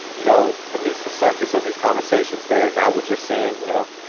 you know, beneath the surface of these conversations there. and now we're just seeing, you know,